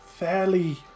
Fairly